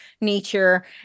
nature